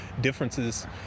differences